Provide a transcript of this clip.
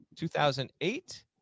2008